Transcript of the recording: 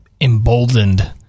emboldened